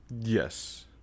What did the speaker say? Yes